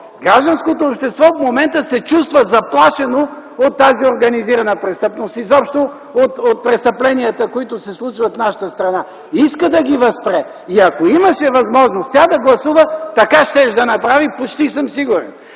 гражданското общество се чувства заплашено от тази организирана престъпност, изобщо от престъпленията, които се случват в нашата страна, иска да ги възспре и ако има възможност да гласува, почти съм сигурен,